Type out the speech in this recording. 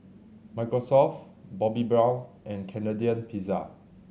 Microsoft Bobbi Brown and Canadian Pizza